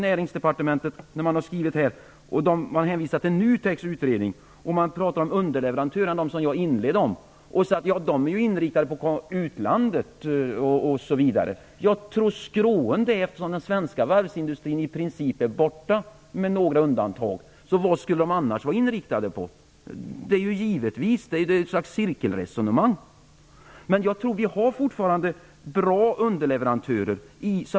Näringsdepartementet hänvisar till NUTEK:s utredning. Man pratar om underleverantörer - de som jag inledde med att tala om - och menar att de är inriktade på utlandet osv. Ja, tro skråen det! Den svenska varvsindustrin är ju i princip, med några undantag, borta. Vad skulle de annars vara inriktade på? Det är ju givet. Det är ett slags cirkelresonemang. Jag tror att vi fortfarande har bra underleverantörer.